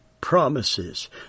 promises